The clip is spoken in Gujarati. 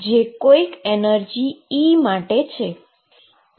જે કોઈક એનર્જી E માટે છે